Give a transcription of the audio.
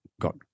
got